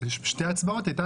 היא כנגד